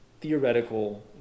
theoretical